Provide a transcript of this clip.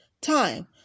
Time